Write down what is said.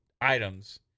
items